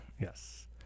yes